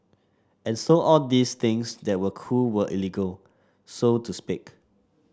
and so all these things that were cool were illegal so to speak